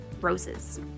roses